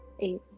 Eight